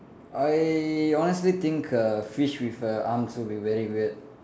I honestly think err fish with err arms would be very weird